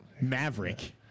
Maverick